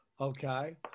Okay